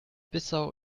bissau